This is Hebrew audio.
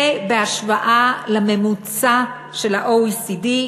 זה בהשוואה לממוצע של ה-OECD,